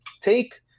take